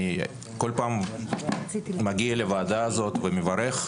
בכל פעם אני מגיע לוועדה הזאת ומברך.